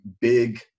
big